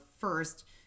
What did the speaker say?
first